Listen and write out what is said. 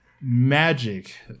Magic